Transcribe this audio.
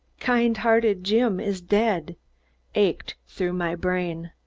kind-hearted jim is dead ached through my brain.